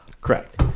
correct